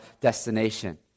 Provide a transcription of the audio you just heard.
destination